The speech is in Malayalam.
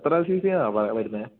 എത്ര സീ സിയാണ് ആ വരുന്നത്